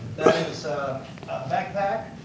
that is a backpack.